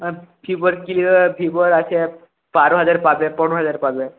ভিভোর আছে বারো হাজার পাবে পনেরো হাজার পাবে